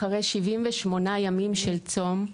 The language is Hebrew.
אחרי 78 ימים של צום,